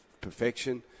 perfection